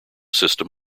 system